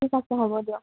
ঠিক আছে হ'ব দিয়ক